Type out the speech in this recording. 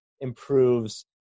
improves